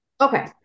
Okay